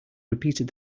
repeated